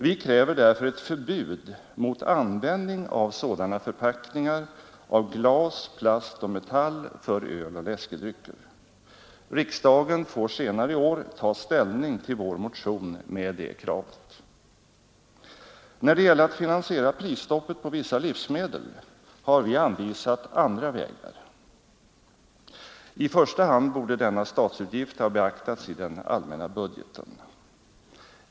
Vi kräver därför ett förbud mot användning av sådana förpackningar av glas, plast och metall för öl och läskedrycker. Riksdagen får senare i år ta ställning till vår motion med det kravet. När det gäller att finansiera prisstoppet på vissa livsmedel har vi anvisat andra vägar. I första hand borde denna statsutgift ha beaktats i den allmänna budgeten.